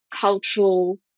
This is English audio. cultural